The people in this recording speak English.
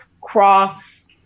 cross